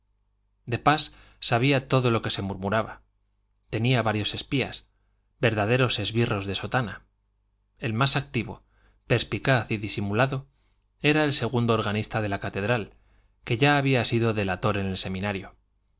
de pas sabía todo lo que se murmuraba tenía varios espías verdaderos esbirros de sotana el más activo perspicaz y disimulado era el segundo organista de la catedral que ya había sido delator en el seminario